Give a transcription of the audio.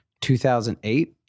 2008